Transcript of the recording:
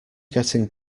getting